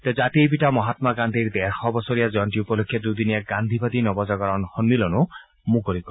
তেওঁ জাতিৰ পিতা মন্মাগান্ধীৰ ডেৰশ বছৰীয়া জয়ন্তী উপলক্ষে দুদিনীয়া গান্ধীবাদী নৱজাগৰণ সন্মিলনো মুকলি কৰিব